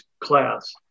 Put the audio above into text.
class